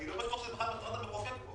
הכוונה היא למקרי מוות.